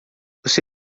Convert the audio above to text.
você